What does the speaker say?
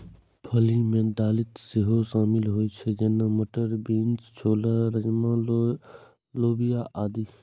फली मे दालि सेहो शामिल होइ छै, जेना, मटर, बीन्स, छोला, राजमा, लोबिया आदि